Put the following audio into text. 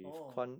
orh